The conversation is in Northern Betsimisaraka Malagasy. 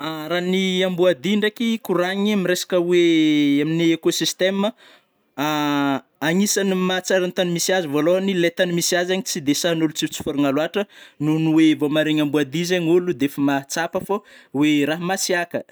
Ra ny amboadia ndraiky koragniny ami resaka oe amin'ny ekôsistema, agnisany mahatsara ny tany misy azy vôlôhany, le tany misy azy zegny tsy de sahin'ôlo tsofotsoforigna loatra nony oe vô maharegny amboadia zegny ôlo def mahatsapa fô oe raha masiaka.